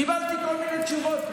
קיבלתי כל מיני תשובות.